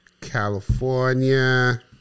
California